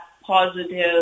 positive